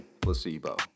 placebo